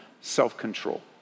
self-control